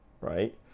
right